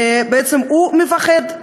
בעצם הוא מפחד.